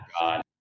god